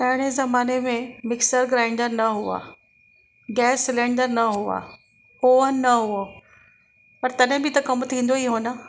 पहिरें ज़माने में मिक्सर ग्राइंडर न हुआ गैस सिलेंडर न हुआ ओवन न हुओ पर तॾहिं बि त कमु थींदो ई हुओ न